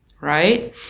right